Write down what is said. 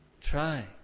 try